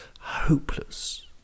hopeless